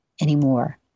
anymore